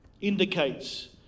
indicates